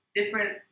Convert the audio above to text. different